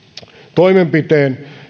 toimenpiteen